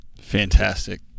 Fantastic